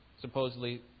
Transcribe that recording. supposedly